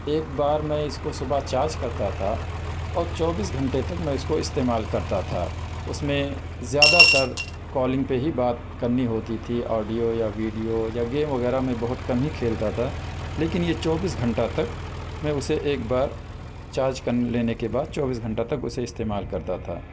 ایک بار میں اس کو صبح چارج کرتا تھا اور چوبیس گھنٹے تک میں اس کو استمعال کرتا تھا اس میں زیادہ تر کالنگ پہ ہی بات کرنی ہوتی تھی آڈیو یا ویڈیو یا گیم وغیرہ میں بہت کم ہی کھیلتا تھا لیکن یہ چوبیس گھنٹہ تک میں اسے ایک بار چارج کر لینے کے بعد چوبیس گھنٹہ تک اسے استعمال کرتا تھا